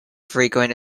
frequent